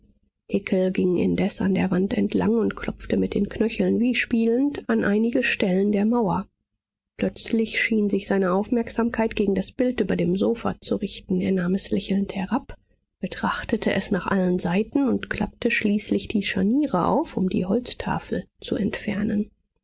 ging indes an der wand entlang und klopfte mit den knöcheln wie spielend an einige stellen der mauer plötzlich schien sich seine aufmerksamkeit gegen das bild über dem sofa zu richten er nahm es lächelnd herab betrachtete es nach allen seiten und klappte schließlich die scharniere auf um die holztafel zu entfernen